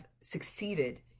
succeeded